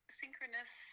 synchronous